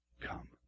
come